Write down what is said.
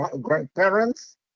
grandparents